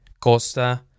Costa